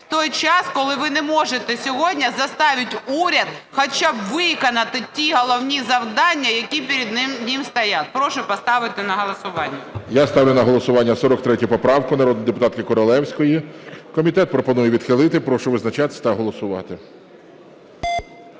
в той час, коли ви не можете сьогодні заставити уряд хоча б виконати ті головні завдання, які перед ним стоять. Прошу поставити на голосування. ГОЛОВУЮЧИЙ. Я ставлю на голосування 43 поправку народної депутатки Королевської, комітет пропонує відхилити. Прошу визначатися та голосувати.